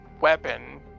weapon